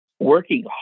working